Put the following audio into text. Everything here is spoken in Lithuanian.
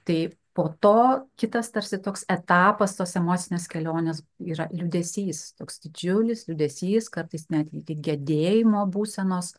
taip po to kitas tarsi toks etapas tos emocinės kelionės yra liūdesys toks didžiulis liūdesys kartais net iki gedėjimo būsenos